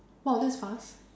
!wow! that's fast